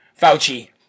Fauci